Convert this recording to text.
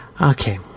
Okay